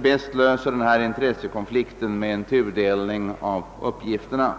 bäst löser denna intressekonflikt med en tudelning av uppgifterna.